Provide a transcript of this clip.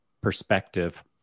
perspective